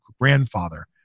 grandfather